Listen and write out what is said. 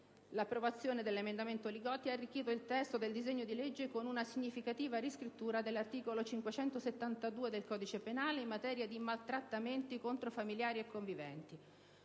L'approvazione dell'emendamento Li Gotti ha arricchito il testo del disegno di legge con una significativa riscrittura dell'articolo 572 del codice penale in materia di maltrattamenti contro familiari e conviventi.